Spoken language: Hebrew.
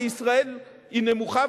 בישראל היא נמוכה,